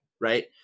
right